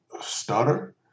stutter